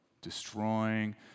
Destroying